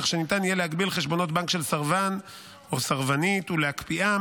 כך שניתן יהיה להגביל חשבונות בנק של סרבן או סרבנית ולהקפיאם,